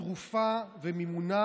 תרופה ומימונה